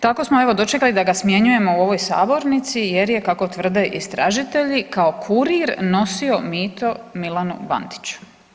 Tako smo evo dočekali da ga smjenjujemo u ovoj sabornici jer je kako tvrde istražitelji, kao kurir nosio mito Milanu Bandiću.